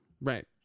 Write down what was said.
Right